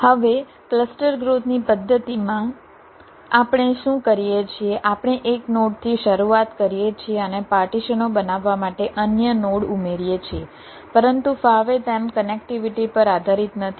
હવે ક્લસ્ટર ગ્રોથની પદ્ધતિમાં આપણે શું કરીએ છીએ આપણે એક નોડથી શરૂઆત કરીએ છીએ અને પાર્ટીશનો બનાવવા માટે અન્ય નોડ ઉમેરીએ છીએ પરંતુ ફાવે તેમ કનેક્ટિવિટી પર આધારિત નથી